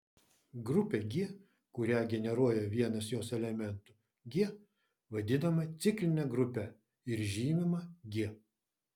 grupė g kurią generuoja vienas jos elementų g vadinama cikline grupe ir žymima g